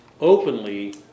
openly